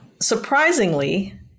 surprisingly